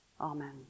Amen